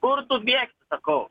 kur tu bėgsi sakau